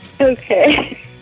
Okay